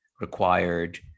required